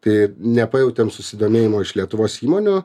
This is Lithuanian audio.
tai nepajautėm susidomėjimo iš lietuvos įmonių